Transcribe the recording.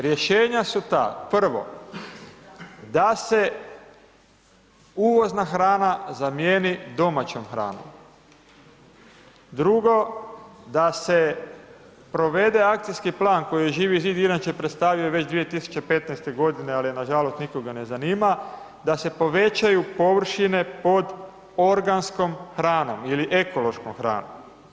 Rješenja su ta, prvo da se uvozna hrana zamjeni domaćom hranom, drugo da se provede akcijski plan koji je Živi zid inače predstavio 2015. g. ali ga nažalost nikoga ne zanima, da se povećaju površine pod organskom hranom ili ekološkom hranom.